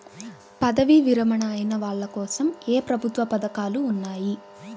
పదవీ విరమణ అయిన వాళ్లకోసం ఏ ప్రభుత్వ పథకాలు ఉన్నాయి?